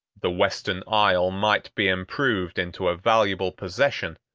the western isle might be improved into a valuable possession,